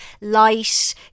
Light